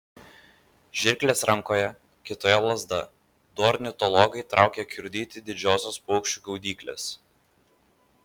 žirklės rankoje kitoje lazda du ornitologai traukia kiurdyti didžiosios paukščių gaudyklės